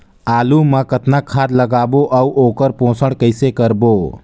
आलू मा कतना खाद लगाबो अउ ओकर पोषण कइसे करबो?